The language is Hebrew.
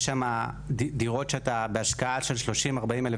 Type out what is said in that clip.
יש שם דירות שאתה בהשקעה של 30,000-40,000